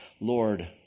Lord